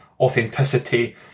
authenticity